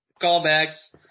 Callbacks